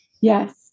Yes